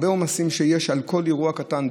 הרבה עומסים שיש בכל אירוע קטן,